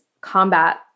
combat